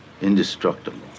Indestructible